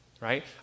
right